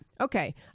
Okay